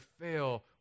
fail